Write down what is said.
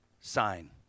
Sign